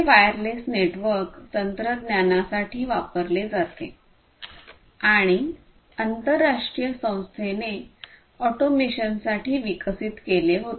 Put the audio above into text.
हे wireless network तंत्रज्ञानासाठी वापरले जाते आणि आंतरराष्ट्रीय संस्थेने ऑटोमेशनसाठी विकसित केले होते